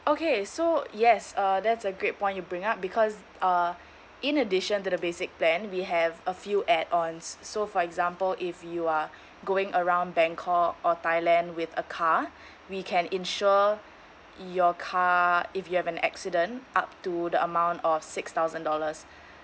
okay so yes uh that is a great point you bring up because uh in addition to the basic plan we have a few add ons so for example if you are going around bangkok or thailand with a car we can insure your car if you have an accident up to the amount of six thousand dollars